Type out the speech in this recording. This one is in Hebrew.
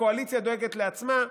הקואליציה דואגת לעצמה.